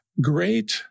Great